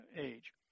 age